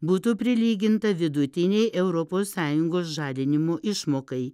būtų prilyginta vidutinei europos sąjungos žalinimo išmokai